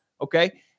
okay